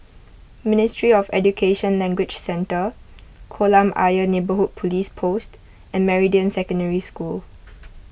Ministry of Education Language Centre Kolam Ayer Neighbourhood Police Post and Meridian Secondary School